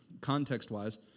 context-wise